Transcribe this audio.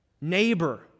neighbor